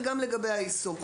וגם לגבי היישום,